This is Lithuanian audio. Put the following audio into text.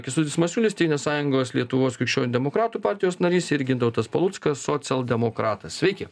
kęstutis masiulis tėvynės sąjungos lietuvos krikščionių demokratų partijos narys ir gintautas paluckas socialdemokratas sveiki